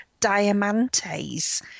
diamantes